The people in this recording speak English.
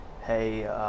hey –